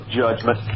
judgment